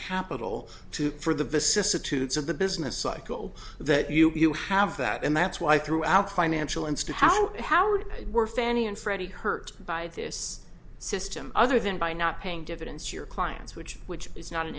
capital to for the vicissitudes of the business cycle that you have that and that's why throughout financial institutions howard were fannie and freddie hurt by this system other than by not paying dividends to your clients which which is not an